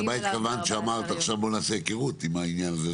אז למה התכוונת כשאמרת עכשיו: בואו נעשה היכרות עם העניין הזה?